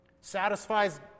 Satisfies